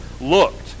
looked